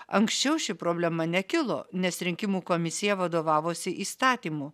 anksčiau ši problema nekilo nes rinkimų komisija vadovavosi įstatymu